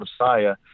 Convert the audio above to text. Messiah